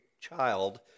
child